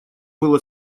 было